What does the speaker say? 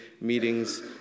meetings